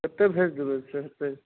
कते भेज देबय से हेतय